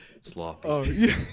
Sloppy